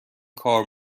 کار